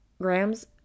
grams